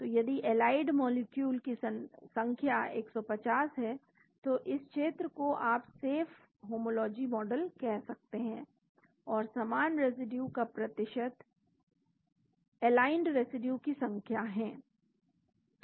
तो यदि aligned molecule की संख्या 150 है तो इस क्षेत्र को आप सेफ होमोलॉजी मॉडल कह सकते हैं और समान रेसिड्यू का प्रतिशत एलाइंड रेसिड्यू की संख्या हैं